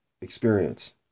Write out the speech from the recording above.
experience